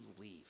leave